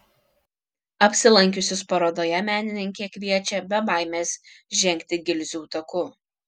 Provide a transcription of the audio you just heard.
apsilankiusius parodoje menininkė kviečia be baimės žengti gilzių taku